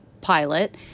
pilot